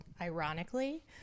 ironically